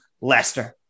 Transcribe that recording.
Leicester